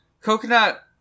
Coconut